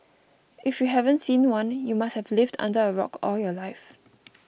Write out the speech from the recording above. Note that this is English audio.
if you haven't seen one you must have lived under a rock all your life